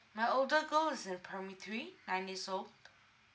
my older girl is in primary three nine years old